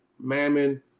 Mammon